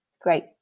Great